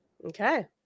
Okay